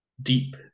deep